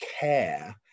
care